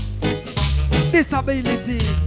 disability